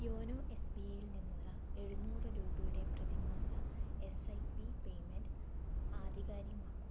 YONO S B ഐയിൽ നിന്നുള്ള എഴുന്നൂറ് രൂപയുടെ പ്രതിമാസ എസ് ഐ പി പേയ്മെന്റ് ആധികാരികമാക്കുക